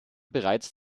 bereits